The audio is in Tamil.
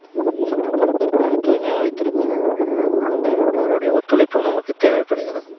சுற்றுப்புறத்தை தூய்மையாக வைத்திருக்க அண்டை வீட்டாருடைய ஒத்துழைப்பும் நமக்கு தேவைப்படுகிறது